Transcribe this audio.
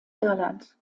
irland